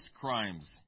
crimes